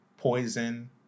Poison